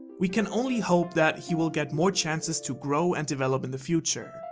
we can only hope that he will get more chances to grow and develop in the future.